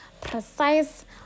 precise